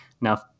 Now